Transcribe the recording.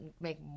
Make